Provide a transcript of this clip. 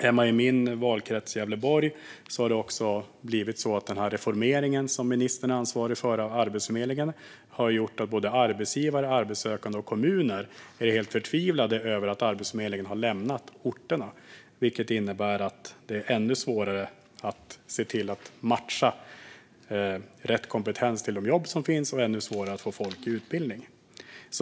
Hemma i min valkrets Gävleborg har den reformering av Arbetsförmedlingen som ministern är ansvarig för gjort att arbetsgivare, arbetssökande och kommuner är helt förtvivlade över att Arbetsförmedlingen lämnat orterna. Detta innebär att det är ännu svårare att matcha rätt kompetens till de jobb som finns och ännu svårare att få folk i utbildning.